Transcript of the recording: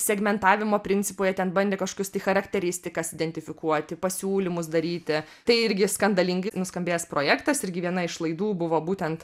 segmentavimo principu jie ten bandė kažkokius tai charakteristikas identifikuoti pasiūlymus daryti tai irgi skandalingai nuskambėjęs projektas irgi viena iš laidų buvo būtent